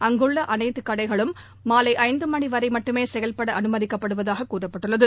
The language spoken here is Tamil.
அங்குள்ளஅனைத்துகடைகளும் மாலைஐந்துமணிவரைமட்டுமேசெயல்படஅனுமதிக்கப்படுவதாககூறப்பட்டுள்ளது